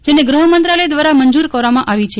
જેને ગૃહ મંત્રાલય દ્વારા મંજૂર કરવામાં આવી છે